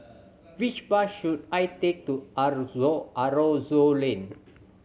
which bus should I take to Aroozoo Aroozoo Lane